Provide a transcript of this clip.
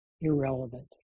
irrelevant